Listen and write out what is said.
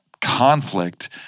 conflict